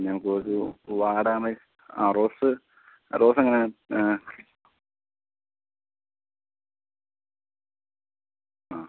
പിന്നെ നമുക്ക് ഒരു വാടാമല്ലി ആ റോസ് റോസ് എങ്ങനെയാണ് ആ